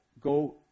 go